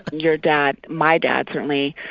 and your dad my dad, certainly,